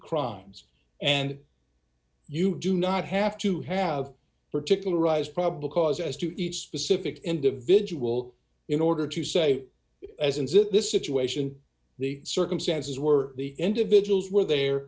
crimes and you do not have to have particularized probable cause as to each specific individual in order to say as it this situation the circumstances were the individuals were there